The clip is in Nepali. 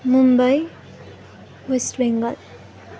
मुम्बई वेस्ट बेङ्गाल